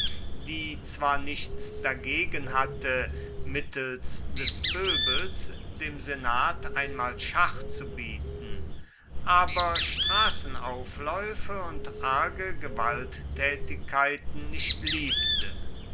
die zwar nichts dagegen hatte mittels des pöbels dem senat einmal schach zu bieten aber straßenaufläufe und arge gewalttätigkeiten nicht liebte